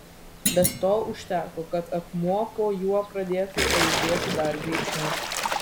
bet to užteko kad akmuo po juo pradėtų eižėti dar greičiau